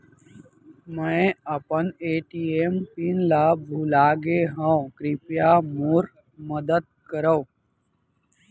मै अपन ATM PIN ला भूलागे हव, कृपया मोर मदद करव